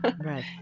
right